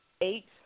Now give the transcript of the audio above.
eight